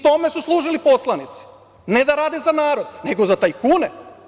Tome su služili poslanici, ne da rade za narod, nego za tajkune.